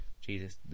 Jesus